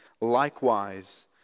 Likewise